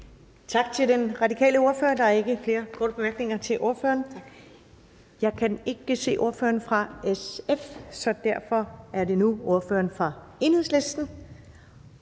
Tak til den radikale ordfører. Der er ikke flere korte bemærkninger til ordføreren. Jeg kan ikke se ordføreren fra SF, så derfor er det nu ordføreren fra Enhedslisten